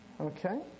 Okay